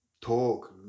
talk